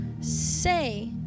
say